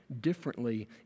differently